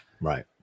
Right